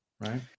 right